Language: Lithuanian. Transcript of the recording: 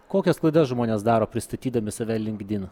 kokias klaidas žmonės daro pristatydami save linkdin